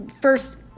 first